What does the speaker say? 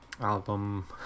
album